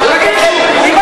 אתם